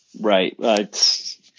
Right